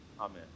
Amen